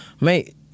mate